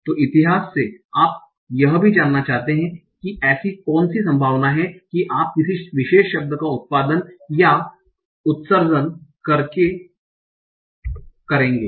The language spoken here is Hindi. तो इतिहास से आप यह भी जानना चाहते हैं कि ऐसी कौन सी संभावना है कि आप किसी विशेष शब्द का उत्पादन या उत्सर्जन करके करेंगे